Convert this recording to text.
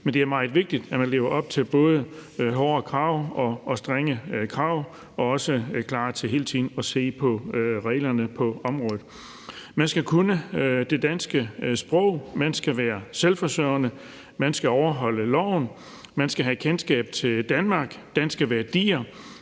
men det er meget vigtigt, at man lever op til både hårdere og strengere krav og hele tiden er klar til at se på reglerne på området. Man skal kunne det danske sprog; man skal være selvforsørgende; man skal overholde loven; man skal have kendskab til Danmark, danske værdier,